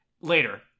later